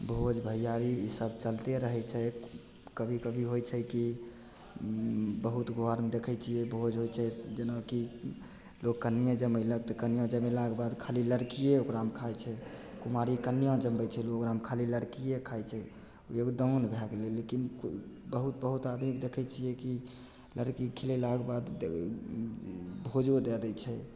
भोज भैआरी ईसब चलिते रहै छै कभी कभी होइ छै कि बहुत घरमे देखै छिए भोज होइ छै जेनाकि लोक कन्ये जमेलक कन्या जमेलाके बाद खाली लड़किए ओकरामे खाइ छै कुमारि कन्या जमबै छै लोक ओकरामे खाली लड़किए खाइ छै एक दान भै गेलै लेकिन बहुत बहुत आदमी देखै छिए कि लड़कीके खिएलाके बाद भोजो दै दै छै